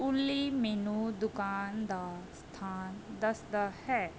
ਓਲੀ ਮੈਨੂੰ ਦੁਕਾਨ ਦਾ ਸਥਾਨ ਦੱਸਦਾ ਹੈ